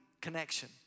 connection